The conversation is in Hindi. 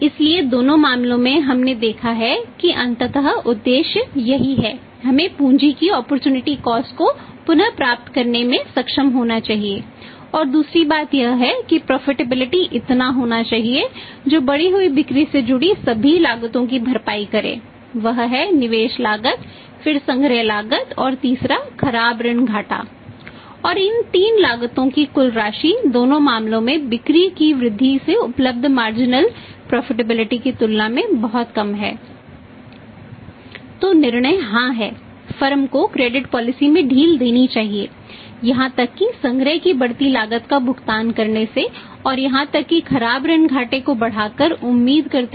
इसलिए दोनों मामलों में हमने देखा है कि अंततः उद्देश्य यही है हमें पूंजी की अपॉर्चुनिटी कॉस्ट की तुलना में बहुत कम है